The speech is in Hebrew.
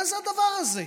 מה זה הדבר הזה?